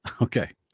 Okay